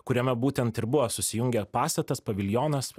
kuriame būtent ir buvo susijungę pastatas paviljonas